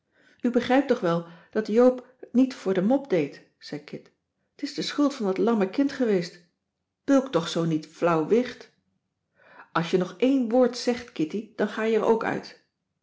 begrijpt toch wel dat joop het niet voor de mop deed zei kit t is de schuld van dat lamme kind geweest bulk toch zoo niet flauw wicht als je nog éen woord zegt kitty dan ga je er ook uit